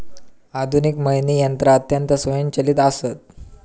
आधुनिक मळणी यंत्रा अत्यंत स्वयंचलित आसत